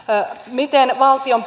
miten valtion